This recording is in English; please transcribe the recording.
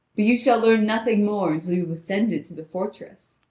but you shall learn nothing more until you have ascended to the fortress.